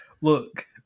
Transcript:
look